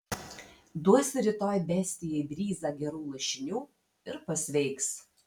duosi rytoj bestijai bryzą gerų lašinių ir pasveiks